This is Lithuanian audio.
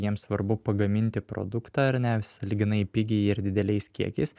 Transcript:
jiems svarbu pagaminti produktą ar ne sąlyginai pigiai ir dideliais kiekiais